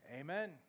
Amen